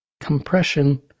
compression